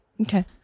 okay